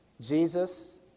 Jesus